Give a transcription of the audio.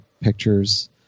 pictures